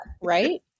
Right